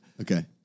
Okay